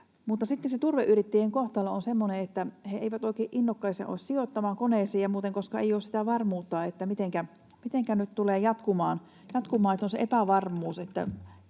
Mutta sitten se turveyrittäjien kohtalo on semmoinen, että he eivät oikein innokkaita ole sijoittamaan koneisiin ja muuten, koska ei ole sitä varmuutta, mitenkä nyt tulee jatkumaan — on se epävarmuus, onko